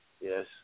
Yes